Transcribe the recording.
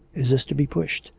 is this to be pushed